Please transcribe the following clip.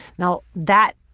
now, that,